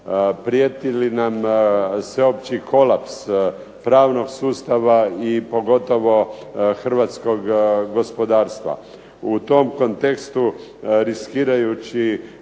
prijeti li nam sveopći kolaps pravnog sustava i pogotovo hrvatskog gospodarstva. U tom kontekstu riskirajući